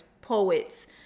poets